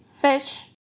fish